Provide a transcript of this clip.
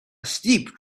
steep